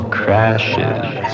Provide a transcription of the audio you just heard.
crashes